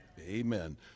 Amen